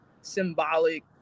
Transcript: symbolic